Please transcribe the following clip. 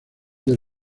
del